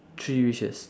three wishes